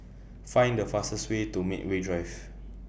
Find The fastest Way to Medway Drive